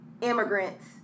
immigrants